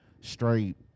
straight